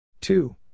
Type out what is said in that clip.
Two